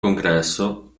congresso